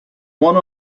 one